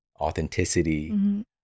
authenticity